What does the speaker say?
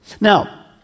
Now